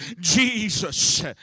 Jesus